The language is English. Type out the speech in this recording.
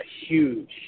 huge